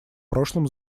прошлом